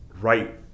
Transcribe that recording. right